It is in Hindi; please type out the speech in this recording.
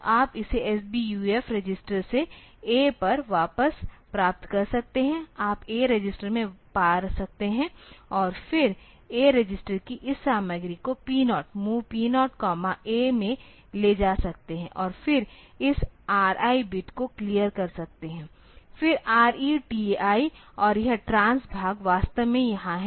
तो आप इसे SBUF रजिस्टर से A पर वापस प्राप्त कर सकते हैं आप A रजिस्टर में पा सकते हैं और फिर A रजिस्टर की इस सामग्री को P0 MOV P0 A में ले जा सकते हैं और फिर इस RI बिट को क्लियर कर सकते हैं फिर RETI और यह ट्रांस भाग वास्तव में यहाँ है